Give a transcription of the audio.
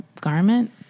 garment